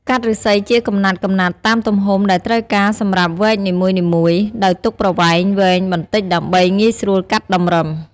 កាត់ឫស្សីជាកំណាត់ៗតាមទំហំដែលត្រូវការសម្រាប់វែកនីមួយៗ ដោយទុកប្រវែងវែងបន្តិចដើម្បីងាយស្រួលកាត់តម្រឹម។